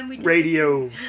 Radio